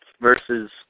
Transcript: versus